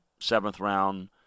seventh-round